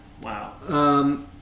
Wow